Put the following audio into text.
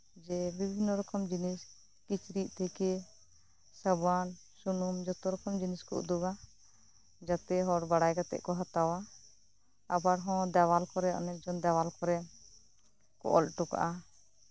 ᱡᱮ ᱵᱤᱵᱷᱤᱱᱱᱚ ᱨᱚᱠᱚᱢ ᱡᱤᱱᱤᱥ ᱠᱤᱪᱨᱤᱪ ᱛᱷᱮᱠᱮ ᱥᱟᱵᱟᱱ ᱥᱩᱱᱩᱢ ᱡᱚᱛᱚ ᱨᱚᱠᱚᱢ ᱡᱤᱱᱤᱥ ᱠᱚ ᱩᱫᱩᱜᱟ ᱡᱟᱛᱮ ᱦᱚᱲ ᱵᱟᱲᱟᱭ ᱠᱟᱛᱮᱜ ᱠᱚ ᱦᱟᱛᱟᱣᱟ ᱟᱵᱟᱨ ᱦᱚᱸ ᱫᱮᱣᱟᱞ ᱠᱚᱨᱮᱜ ᱚᱱᱮᱠ ᱡᱚᱱ ᱫᱮᱣᱟᱞ ᱠᱚᱨᱮ ᱠᱚ ᱚᱞ ᱦᱚᱴᱚ ᱠᱟᱜᱼᱟ